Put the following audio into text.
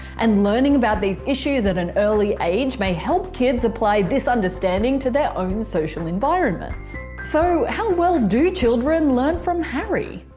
and learning about these issues at an early age may help kids apply this understanding to their own social environments. so, how well do children learn from harry?